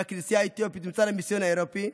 והכנסייה האתיופית מצד המיסיון האירופי,